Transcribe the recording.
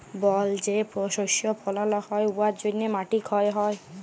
বল যে শস্য ফলাল হ্যয় উয়ার জ্যনহে মাটি ক্ষয় হ্যয়